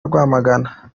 rwamagana